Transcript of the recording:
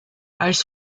als